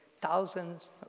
thousands